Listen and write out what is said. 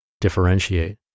differentiate